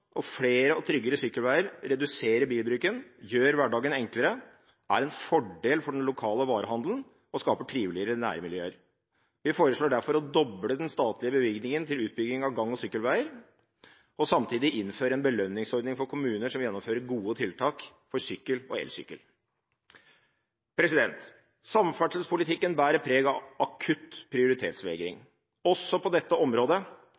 og flere og tryggere sykkelveier reduserer bilbruken, gjør hverdagen enklere, er en fordel for den lokale varehandelen og skaper triveligere nærmiljøer. Vi foreslår derfor å doble den statlige bevilgningen til utbygging av gang- og sykkelveier, og samtidig innføre en belønningsordning for kommuner som gjennomfører gode tiltak for sykkel og elsykkel. Samferdselspolitikken bærer preg av akutt prioritetsvegring – også på dette området